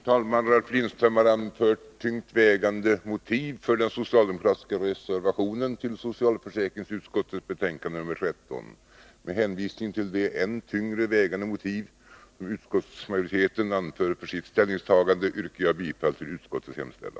Socialförsäkringsutskottets betänkanden 14 och 15 kommer nu att debatteras i tur och ordning och voteringarna att äga rum i ett sammanhang sedan båda betänkandena slutdebatterats. Först upptas alltså socialförsäkringsutskottets betänkande 14 om samordningsfrågor inom det socialpolitiska bidragssystemet.